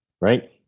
right